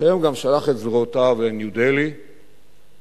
שהיום גם שלח את זרועותיו לניו-דלהי ולגאורגיה,